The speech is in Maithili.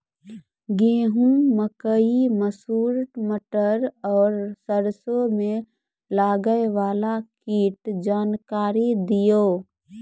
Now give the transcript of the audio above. गेहूँ, मकई, मसूर, मटर आर सरसों मे लागै वाला कीटक जानकरी दियो?